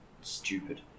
stupid